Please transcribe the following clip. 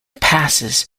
passes